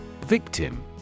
victim